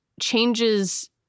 changes